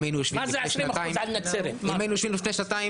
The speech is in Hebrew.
אם היינו יושבים לפני שנתיים,